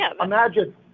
imagine